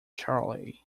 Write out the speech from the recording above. charley